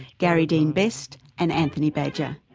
gary dean best and anthony badger.